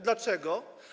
Dlaczego?